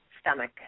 stomach